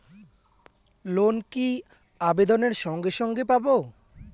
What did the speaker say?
Loan কি আবেদনের সঙ্গে সঙ্গে পাব?